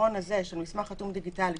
שהפתרון הזה של מסמך חתום דיגיטלית,